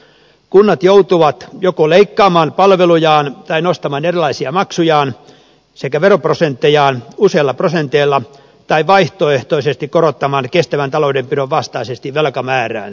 kunnat joutuvat joko leikkaamaan palvelujaan tai nostamaan erilaisia maksujaan sekä veroprosenttejaan useilla prosenteilla tai vaihtoehtoisesti korottamaan kestävän taloudenpidon vastaisesti velkamääräänsä